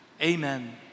Amen